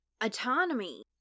autonomy